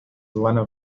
lena